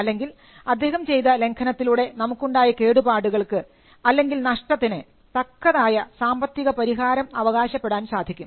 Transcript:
അല്ലെങ്കിൽ അദ്ദേഹം ചെയ്ത ലംഘനത്തിലൂടെ നമുക്കുണ്ടായ കേടുപാടുകൾക്ക് അല്ലെങ്കിൽ നഷ്ടത്തിന് തക്കതായ സാമ്പത്തിക പരിഹാരം അവകാശപ്പെടാൻ സാധിക്കും